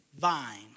vine